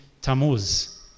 Tammuz